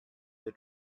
the